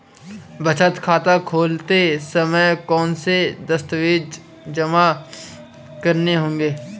बचत खाता खोलते समय कौनसे दस्तावेज़ जमा करने होंगे?